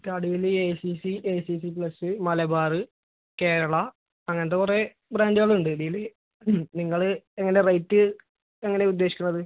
A C C A C C plus Malabar Kerala അങ്ങനത്തെ കുറേ ബ്രാൻഡുകളുണ്ട് ഇതില് നിങ്ങള് എങ്ങനെ റേറ്റ് എങ്ങനെയാണ് ഉദ്ദേശിക്കുന്നത്